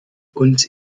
uns